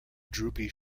droopy